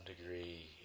degree